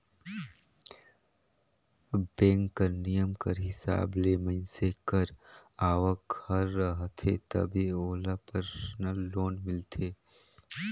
bank कर नियम कर हिसाब ले मइनसे कर आवक हर रहथे तबे ओला परसनल लोन मिलथे